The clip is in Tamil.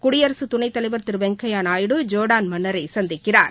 குடியரசு துணைத்தலைவர் திரு வெங்கையாநாயுடு ஜோர்டான் மன்னரை சந்திக்கிறார்